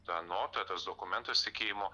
ta nota tas dokumentas tikėjimo